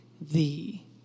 thee